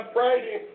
Friday